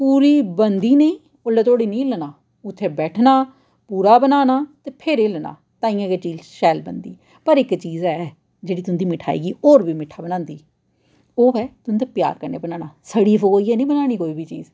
पूरी बनदी नेईं ओल्लै धोड़ी निं हिलना उत्थै बैठना पूरा बनाना ते फिर हिलना ताइयैं गै चीज शैल बनदी पर इक चीज़ ऐ जेह्ड़ी तुंदी मिठाई गी होर बी मिठ्ठा बनांदी ओह् ऐ तुंदा प्यार कन्नै बनाना सड़ी रोइयै निं बनानी कोई बी चीज